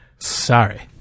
Sorry